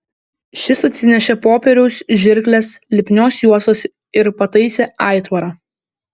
šis atsinešė popieriaus žirkles lipnios juostos ir pataisė aitvarą